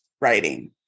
writing